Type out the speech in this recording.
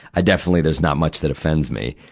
i definitely, there's not much that offends me.